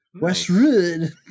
Westwood